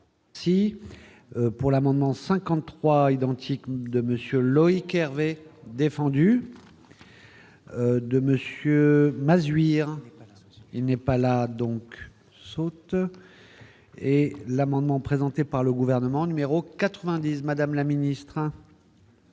Si pour l'amendement 53 identique de Monsieur Loïc Hervé défendu de Monsieur Mazuz hier, il n'est pas là donc saute. Et l'amendement présenté par le gouvernement numéro 90 Madame la ministre